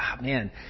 man